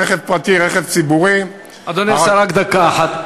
רכב פרטי, רכב ציבורי אדוני השר, רק דקה אחת.